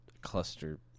cluster